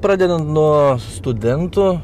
pradedant nuo studentų